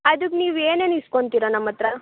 ಅದಕ್ಕೆ ನೀವು ಏನೇನು ಇಸ್ಕೊಂತೀರ ನಮತ್ತಿರ